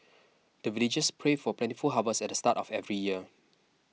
the villagers pray for plentiful harvest at the start of every year